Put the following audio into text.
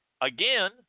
Again